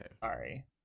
Sorry